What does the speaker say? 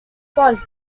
politics